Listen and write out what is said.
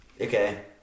Okay